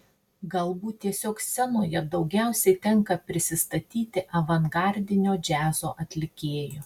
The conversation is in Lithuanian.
galbūt tiesiog scenoje daugiausiai tenka prisistatyti avangardinio džiazo atlikėju